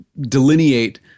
delineate